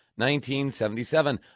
1977